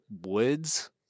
woods